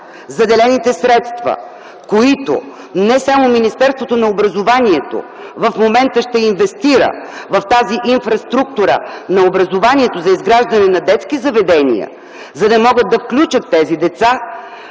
заделените средства, които не само Министерството на образованието в момента ще инвестира в тази инфраструктура на образованието за изграждане на детски заведения, за да могат да включат тези деца,